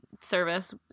service